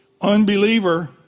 unbeliever